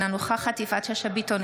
אינה נוכחת יפעת שאשא ביטון,